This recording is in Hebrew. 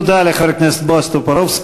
תודה לחבר הכנסת בועז טופורובסקי.